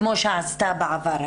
כמו שעשתה בעבר.